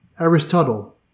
Aristotle